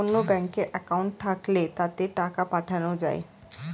অন্য ব্যাঙ্কে অ্যাকাউন্ট থাকলে তাতে টাকা পাঠানো যায়